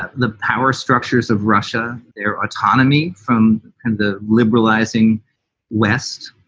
ah the power structures of russia, their autonomy from the liberalizing west.